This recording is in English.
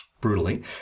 Brutally